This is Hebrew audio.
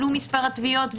עלו מספר התביעות,